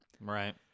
Right